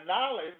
knowledge